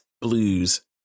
blues